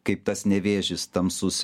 kaip tas nevėžis tamsus